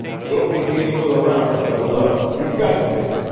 you'll be game for the roundup at eleven you've got to be.